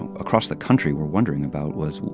and across the country were wondering about was,